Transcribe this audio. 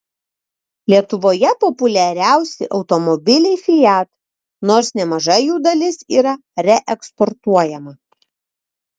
lietuvoje populiariausi automobiliai fiat nors nemaža jų dalis yra reeksportuojama